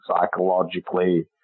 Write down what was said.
psychologically